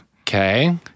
Okay